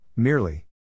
Merely